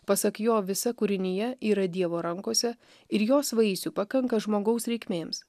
pasak jo visa kūrinija yra dievo rankose ir jos vaisių pakanka žmogaus reikmėms